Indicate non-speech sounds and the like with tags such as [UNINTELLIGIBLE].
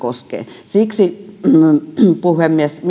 koskee siksi puhemies [UNINTELLIGIBLE]